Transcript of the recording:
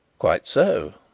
quite so,